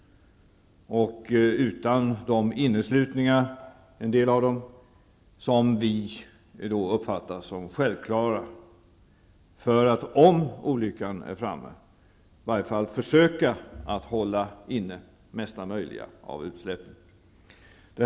En del av dem saknar de inneslutningar som vi uppfattar som självklara för att om olyckan är framme åtminstone försöka att hålla inne det mesta möjliga av utsläppen.